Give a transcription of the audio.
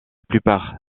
plupart